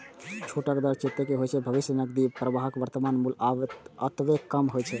छूटक दर जतेक होइ छै, भविष्यक नकदी प्रवाहक वर्तमान मूल्य ओतबे कम होइ छै